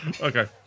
Okay